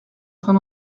train